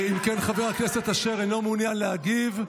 אם כן, חבר הכנסת אשר אינו מעוניין להגיב.